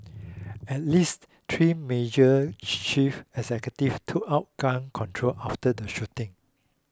at least three major chief executive took up gun control after the shooting